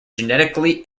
genetically